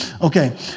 Okay